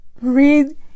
Read